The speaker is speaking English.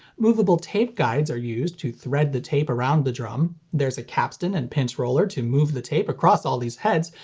moveable tape-guides are used to thread the tape around the drum. there's a capstan and pinch roller to move the tape across all these heads,